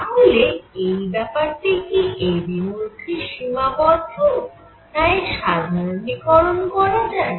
তাহলে এই ব্যাপারটি কি এরই মধ্যে সীমাবদ্ধ না এর সাধারণীকরণ করা যায়